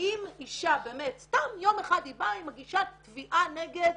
שאם אישה יום אחד באה ומגישה תביעה נגד